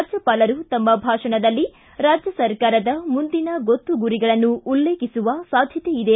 ರಾಜ್ಯಪಾಲರು ತಮ್ಮ ಭಾಷಣದಲ್ಲಿ ರಾಜ್ಯ ಸರ್ಕಾರದ ಮುಂದಿನ ಗೊತ್ತು ಗುರಿಗಳನ್ನು ಉಲ್ಲೇಖಿಸುವ ಸಾಧ್ಯತೆ ಇದೆ